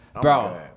bro